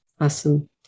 Awesome